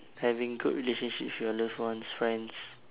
having good relationship with your loved ones friends